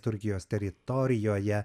turkijos teritorijoje